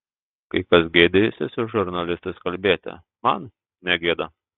kai kas gėdijasi su žurnalistais kalbėti man negėda